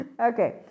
Okay